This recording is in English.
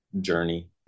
journey